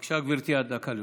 בבקשה, גברתי, עד דקה לרשותך.